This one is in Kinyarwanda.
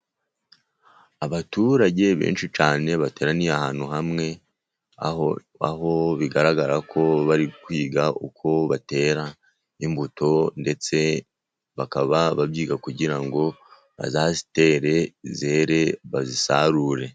Abaturage benshi cyane bateraniye ahantu hamwe aho aho bigaragara ko bari kwiga uko batera imbuto ndetse bakaba babyiga kugira ngo bazazitere zere bazisarure.